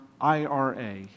IRA